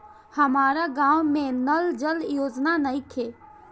हमारा गाँव मे नल जल योजना नइखे?